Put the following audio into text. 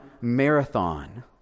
marathon